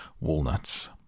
walnuts